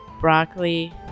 broccoli